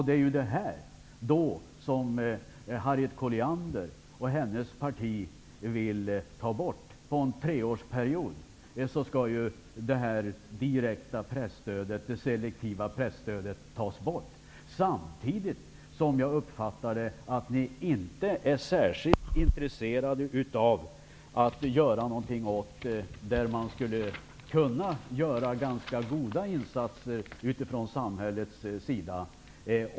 Det är detta som Harriet Colliander och hennes parti vill ta bort. Under en treårsperiod skall det direkta presstödet, det selektiva presstödet, tas bort. Samtidigt uppfattade jag det på det sättet att de inte är särskilt intresserade av att göra något på de områden där man skulle kunna göra ganska goda insatser från samhällets sida.